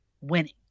Winning